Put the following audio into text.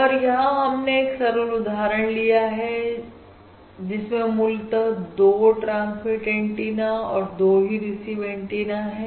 और यहां हमने एक सरल उदाहरण लिया है जिसमें मूलतः 2 ट्रांसमिट एंटीना और 2 ही रिसीव एंटीना है